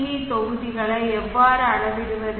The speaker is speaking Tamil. வி தொகுதிகளை எவ்வாறு அளவிடுவது